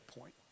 point